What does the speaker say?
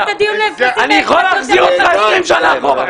אני יכול להחזיר אותך 20 שנה אחורה.